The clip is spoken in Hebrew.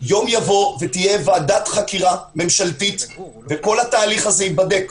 יום יבוא ותהיה ועדת חקירה ממשלתית וכל התהליך הזה ייבדק.